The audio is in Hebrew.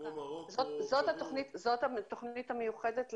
אבל יש תכניות מיוחדות